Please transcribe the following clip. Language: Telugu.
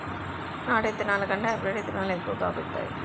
నాటు ఇత్తనాల కంటే హైబ్రీడ్ ఇత్తనాలు ఎక్కువ కాపు ఇత్తాయి